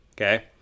okay